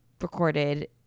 recorded